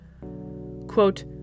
Quote